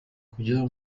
kujya